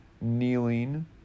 kneeling